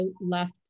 left